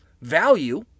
value